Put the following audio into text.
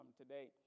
today